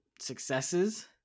successes